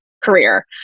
career